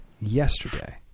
yesterday